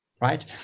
right